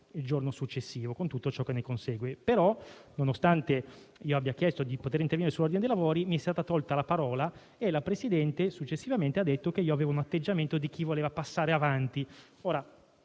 il giorno successivo, con tutto ciò che ne consegue. Nonostante io abbia chiesto di poter intervenire sull'ordine dei lavori, mi è stata tolta la parola e la Presidente successivamente ha detto che avevo l'atteggiamento di chi voleva passare avanti.